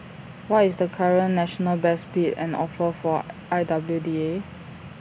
what is the current national best bid and offer for I W D A